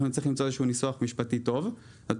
צריך למצוא איזשהו ניסוח משפטי טוב לזה,